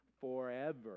Forever